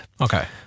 Okay